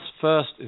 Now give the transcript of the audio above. first